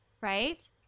Right